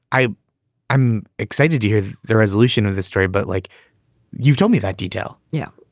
i am excited to hear the resolution of the story, but like you've told me that detail. yeah.